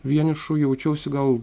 vienišu jaučiausi gal